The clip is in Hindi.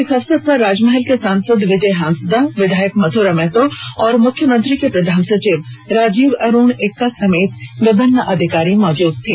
इस अवसर पर राजमहल के सांसद विजय हांसदा विधायक मथुरा महतो और मुख्यमंत्री के प्रधान सचिव राजीव अरूण एक्का समेत विभिन्न अधिकारी मौजूद थे